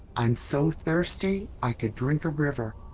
i'm so thirsty i could drink a river!